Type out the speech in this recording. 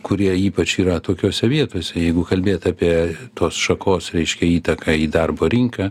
kurie ypač yra tokiose vietose jeigu kalbėt apie tos šakos reiškia įtaką į darbo rinką